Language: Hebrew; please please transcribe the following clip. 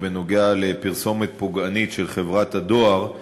בנוגע לפרסומת פוגענית של חברת הדואר.